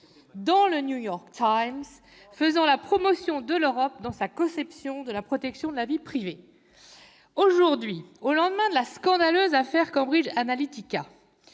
dans le, faisant la promotion de l'Europe dans sa conception de la protection de la vie privée. Aujourd'hui, au lendemain de la scandaleuse affaire Cambridge Analytica,